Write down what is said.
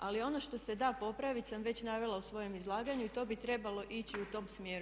Ali ono što se da popraviti sam već navela u svom izlaganju i to bi trebalo ići u tom smjeru.